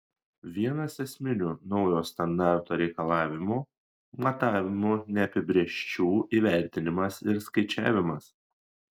vienas esminių naujo standarto reikalavimų matavimų neapibrėžčių įvertinimas ir skaičiavimas